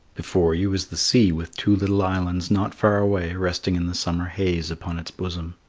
before you is the sea with two little islands not far away resting in the summer haze upon its bosom.